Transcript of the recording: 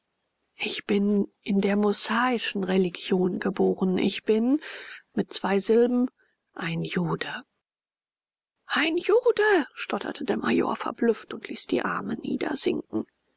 ich bin in der mosaischen religion geboren ich bin mit zwei silben ein jude ein jude stotterte der major verblüfft und ließ die arme